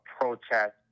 protest